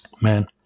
Man